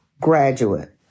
graduate